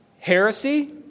Heresy